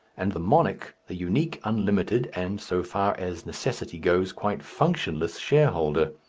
and the monarch the unique, unlimited, and so far as necessity goes, quite functionless shareholder.